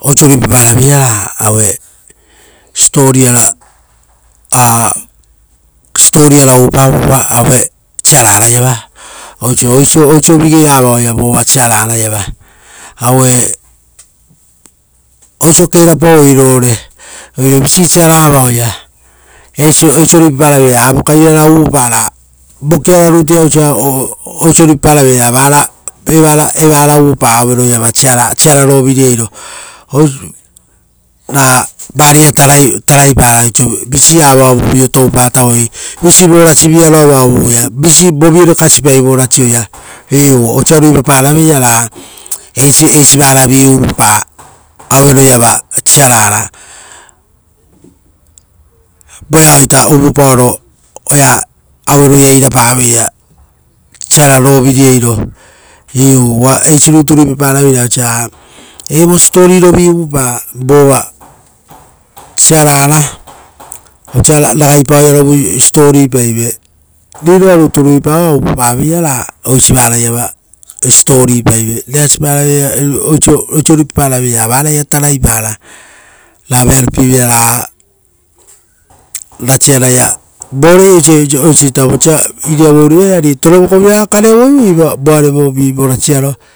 oiso ruipapa ravera ra aue stori a- stori ara uvu pa vova siaraa araiva. Oiso, oiso vigei avao ia vova siara ra iva. Aue, oiso kerapau ei rore. Oire visii siaraa vaoia. Eisi osio ruipapara veira ra avukai rara uvupa ra vokiara rutu ia osa oiso ruipapara veira ra evara uvupa aue ro iava siaraa, siaraa rovirieiro. O- ravaria taraipara oiso, visi avao vo tupatavoi, visii vo rasivi aroa vaoia, visi vovio re kasipai vo rasioia. Iu, osa ruipapara veira ra eisi, eisi varavi uvupa aue rovi iava siaraa ra. Voea ita uvu paoro oea auero ia irapavera siaraa roviriero. Iu, uva eisi rutu ruipapa veira, oiso raa evo stori siposipo ro vi uvupa vova siara ra osa ragaipa oearovu siposipo paive. Riroa rutu ruipa oa uvupaveira, ra oisi vara iava stori paive. Reasiparaveira oiso ruipapara veira ra varaia taraipara, ra vearo pie viraraga rasiara ia. Vore oiso osa ita vosa iravu urio, ari torevoko vira raga kareuvere vivo rasiaro iare.